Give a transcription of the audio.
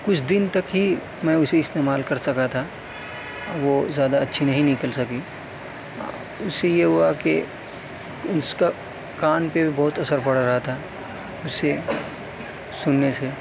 کچھ دن تک ہی میں اسے استعمال کر سکا تھا وہ زیادہ اچھی نہیں نکل سکی اس سے یہ ہوا کہ اس کا کان پہ بھی بہت اثر پڑ رہا تھا اسے سننے سے